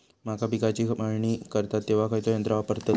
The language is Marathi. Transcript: मका पिकाची मळणी करतत तेव्हा खैयचो यंत्र वापरतत?